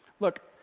look,